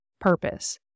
purpose